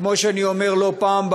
כמו שאני אומר לא פעם,